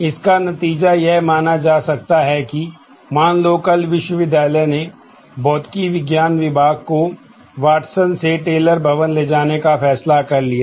इसका नतीजा यह माना जा सकता हैकि मान लो कल विश्वविद्यालय ने भौतिकी विज्ञान विभाग को वाटसन से टेलर भवन ले जाने का फैसला कर लिया